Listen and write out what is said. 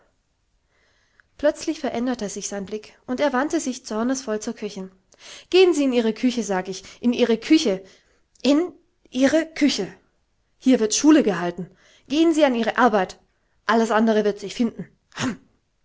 plötzlich veränderte sich sein blick und er wandte sich zornesvoll zur köchin gehen sie in ihre küche sag ich in ihre küche in ihre küche hier wird schule gehalten gehen sie an ihre arbeit alles andre wird sich finden